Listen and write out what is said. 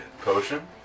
potion